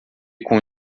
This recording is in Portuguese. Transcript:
com